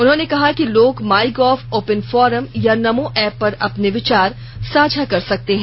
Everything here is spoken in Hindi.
उन्होंने कहा कि लोग माईगव ओपन फोरम या नमो एप पर अपने विचार साझा कर सकते हैं